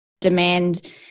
demand